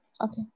Okay